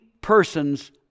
persons